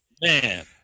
Man